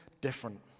different